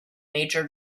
major